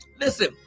listen